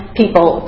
people